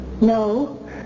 No